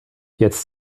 jetzt